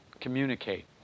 communicate